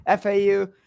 FAU